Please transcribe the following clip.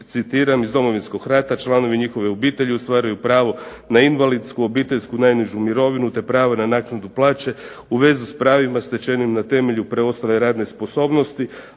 iz Domovinskog rata, "članovi njihovih obitelji ostvaruju pravo na invalidsku obiteljsku najnižu mirovinu te pravo na naknadu plaće u vezi s pravima stečenim na temelju preostale radne spososbnosti",